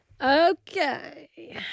Okay